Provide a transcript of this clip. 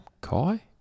Kai